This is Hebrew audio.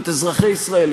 את אזרחי ישראל,